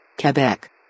Quebec